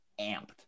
amped